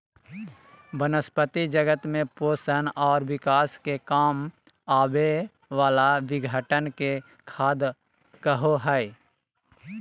वनस्पती जगत में पोषण और विकास के काम आवे वाला विघटन के खाद कहो हइ